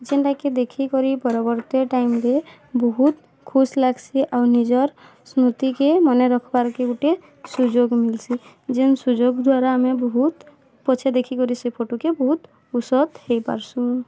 ଯେନ୍ଟାକେ ଦେଖିକରି ପରବର୍ତ୍ତୀ ଟାଇମ୍ରେ ବହୁତ୍ ଖୁସ୍ ଲାଗ୍ସି ଆଉ ନିଜର୍ ସ୍ମୃତିକେ ମନେରଖ୍ବାର୍କେ ଗୁଟେ ସୁଯୋଗ ମିଲ୍ସି ଯେନ୍ ସୁଯୋଗ୍ ଦ୍ଵାରା ଆମେ ବହୁତ୍ ପଛେ ଦେଖିକରି ସେଇ ଫଟୋକେ ବହୁତ୍ ଉସତ୍ ହେଇପାର୍ସୁଁ